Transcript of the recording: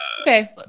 Okay